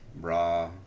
raw